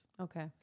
okay